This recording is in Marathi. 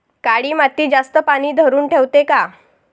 काळी माती जास्त पानी धरुन ठेवते का?